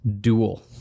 dual